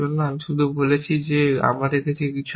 আমি শুধু বলছি যে আমাদের কিছু আছে